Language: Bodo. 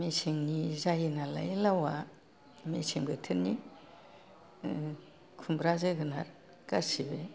मेसेंनि जायो नालाय लावा मेसें बोथोरनि खुमब्रा जोगोनाद गासिबो